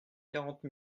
quarante